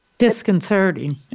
disconcerting